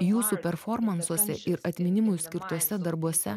jūsų performansuose ir atminimui skirtuose darbuose